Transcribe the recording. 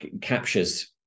captures